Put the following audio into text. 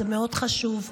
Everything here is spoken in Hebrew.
זה מאוד חשוב.